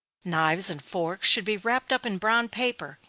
knives and forks should be wrapped up in brown paper,